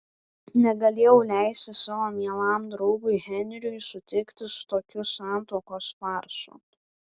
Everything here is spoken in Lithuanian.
negalėjau leisti savo mielam draugui henriui sutikti su tokiu santuokos farsu